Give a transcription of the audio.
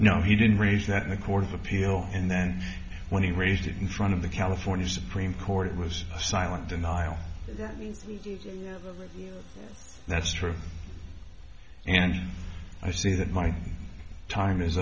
know he didn't raise that in a court of appeal and then when he raised it in front of the california supreme court it was a silent denial yes that's true and i see that my time is